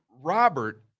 Robert